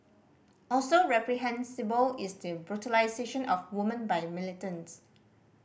also reprehensible is the brutalisation of woman by militants